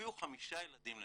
תביאו חמישה ילדים לנעל"ה.